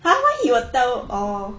!huh! why he will tell orh